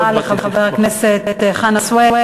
תודה רבה לחבר הכנסת חנא סוייד.